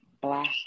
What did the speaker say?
Black